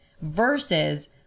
versus